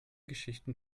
geschichten